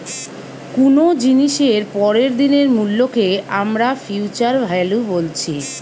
কুনো জিনিসের পরের দিনের মূল্যকে আমরা ফিউচার ভ্যালু বলছি